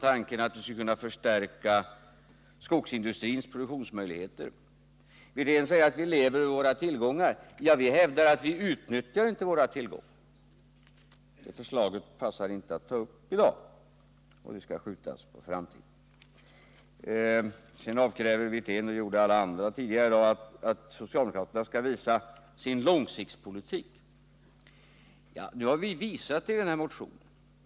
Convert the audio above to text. Tanken att vi skulle kunna förstärka skogsindustrins produktionsmöjligheter vispade han undan — han sade att vi lever över våra tillgångar, men vi hävdar att vi inte utnyttjar våra tillgångar. Den frågan passar inte att diskutera i dag, utan den skall skjutas på framtiden. Liksom alla andra borgerliga talare kräver Rolf Wirtén att socialdemokraterna skall visa sin långsiktspolitik. Den har vi visat i vår motion.